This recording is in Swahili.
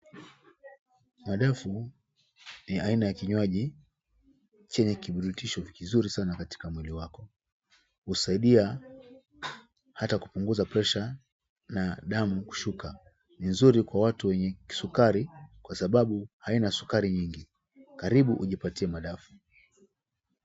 Madafu ni aina ya kinywaji chenye kiburutisho kizuri sana katika mwili wako. Hunasaidia hata kupunguza presha na damu kushuka. Ni nzuri Kwa watu wenye kisukari Kwa sababu haina sukari nyingi, karibu ujipatie madafu.